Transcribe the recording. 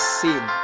sin